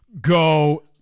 go